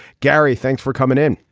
gary thanks for coming in.